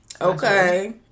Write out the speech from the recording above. Okay